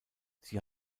sie